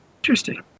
interesting